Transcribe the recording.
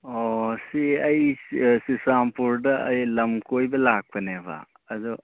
ꯑꯣ ꯁꯤ ꯑꯩ ꯑꯥ ꯆꯨꯆꯥꯟꯄꯨꯔꯗ ꯑꯩ ꯂꯝ ꯀꯣꯏꯕ ꯂꯥꯛꯄꯅꯦꯕ ꯑꯗꯨ